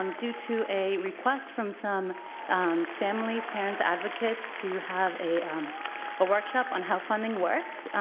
um due to a request from some families, parents, advocates to have a a workshop on how funding workings,